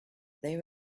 they